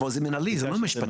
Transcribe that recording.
אבל זה מנהלי זה לא משפטי,